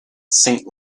saint